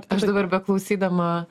aš dabar beklausydama